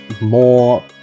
more